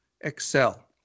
excel